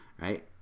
right